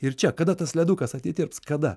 ir čia kada tas ledukas atitirps kada